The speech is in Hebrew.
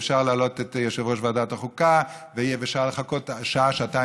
ואפשר להעלות את יושב-ראש ועדת החוקה ואפשר לחכות שעה-שעתיים,